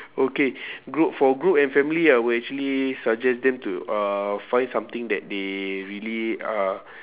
okay group for group and family I will actually suggest them to uh find something that they really uh